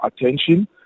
attention